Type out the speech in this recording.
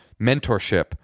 mentorship